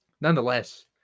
Nonetheless